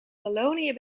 wallonië